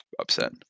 upset